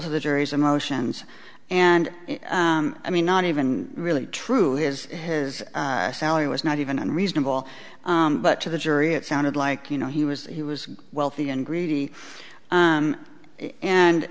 to the jury's emotions and i mean not even really true his his salary was not even unreasonable but to the jury it sounded like you know he was he was wealthy and greedy